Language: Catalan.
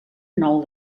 nou